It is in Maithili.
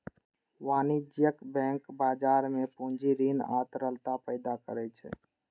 वाणिज्यिक बैंक बाजार मे पूंजी, ऋण आ तरलता पैदा करै छै